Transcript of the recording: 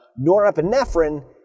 Norepinephrine